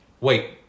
Wait